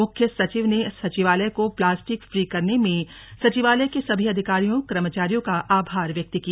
मुख्य सचिव ने सचिवालय को प्लास्टिक फ्री करने में सचिवालय के सभी अधिकारियों कर्मचारियों का आभार व्यक्त किया